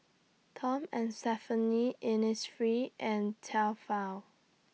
Tom and Stephanie Innisfree and Tefal